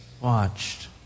watched